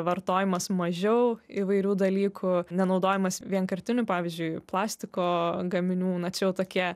vartojimas mažiau įvairių dalykų nenaudojimas vienkartinių pavyzdžiui plastiko gaminių na čia jau tokie